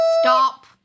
Stop